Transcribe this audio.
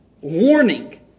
Warning